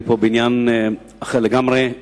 אני פה בעניין אחר לגמרי,